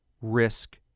risk